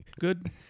good